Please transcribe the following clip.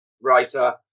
writer